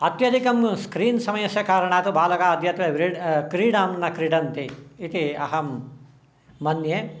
अत्याधिकं screen समयस्य कारणात् बालकाः अद्यत्वे क्रीडां न क्रीडन्ति इति अहं मन्ये